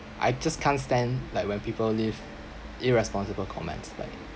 I just can't stand like when people leave irresponsible comments like